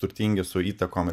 turtingi su įtakom